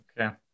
Okay